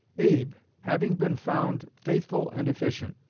abe, having been found faithful and efficient,